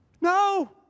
No